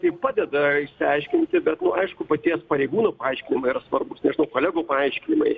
tai padeda išsiaiškinti be nu aišku paties pareigūno paaiškinimai yra svarbūs nežinau kolegų paaiškinimai